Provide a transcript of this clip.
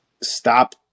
stop